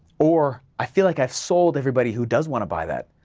or i feel like i've sold everybody who does want to buy that,